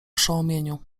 oszołomieniu